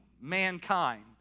mankind